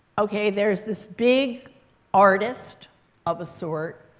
ok, there's this big artist of a sort,